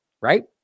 right